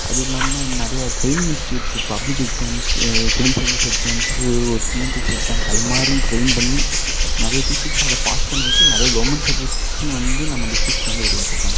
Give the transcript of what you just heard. அதுவுமில்லாமல் நம்ம நிறைய training institute public exams civil service exams ஒரு டிஎன்பிஎஸ்சி எக்ஸாம்ஸ் அது மாதிரி ட்ரெயின் பண்ணி நிறைய பீப்பிள்ஸ் அதை பாஸ் பண்ண வெச்சு நிறைய கவுர்மெண்ட் சர்டிவேட்ஸையும் வந்து நம்ம டிஸ்டிக்ஸ்சில் வந்து உருவாக்கியிருக்காங்க